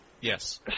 Yes